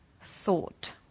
thought